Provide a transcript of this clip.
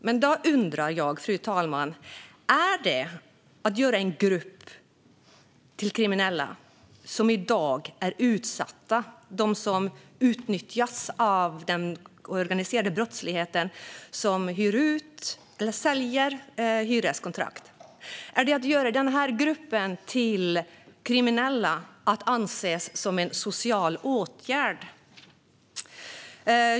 Men då undrar jag, fru talman: Är det att anse som en social åtgärd att göra en grupp som i dag är utsatt - de som utnyttjas av den organiserade brottslighet som går ut på att sälja hyreskontrakt - till kriminell?